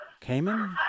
Cayman